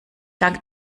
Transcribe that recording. dank